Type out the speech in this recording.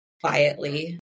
quietly